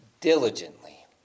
diligently